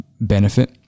benefit